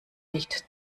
nicht